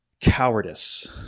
cowardice